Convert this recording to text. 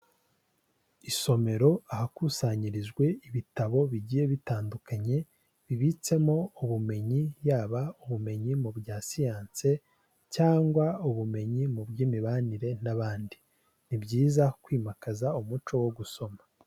Isomero ahakusanyirijwe ibitabo bigiye bitandukanye bibitsemo ubumenyi yaba ubumenyi mu bya siyanse cyangwa ubumenyi mu by'imibanire n'abandi, ni byiza kwimakaza umuco wo gusoma.